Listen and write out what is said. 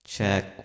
Check